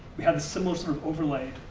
we had a similar sort of overlay,